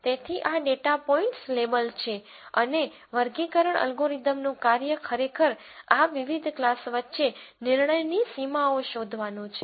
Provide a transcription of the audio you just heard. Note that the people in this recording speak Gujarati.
તેથી આ ડેટા પોઇન્ટ્સના લેબલ છે અને વર્ગીકરણ એલ્ગોરિધમનું કાર્ય ખરેખર આ વિવિધ ક્લાસ વચ્ચે નિર્ણયની સીમાઓ શોધવાનું છે